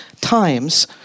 times